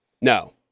No